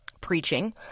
preaching